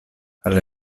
alle